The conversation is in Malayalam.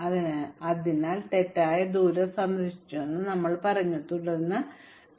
അതിനാൽ അനന്തതയിലേക്കുള്ള തെറ്റായ ദൂരം സന്ദർശിച്ചുവെന്ന് ഞങ്ങൾ പറഞ്ഞു ഇതിലേക്കുള്ള പ്രാരംഭ ദൂരം ആരംഭിക്കുക ആരംഭ ശീർഷകം 0 ആണ്